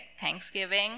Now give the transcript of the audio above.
Thanksgiving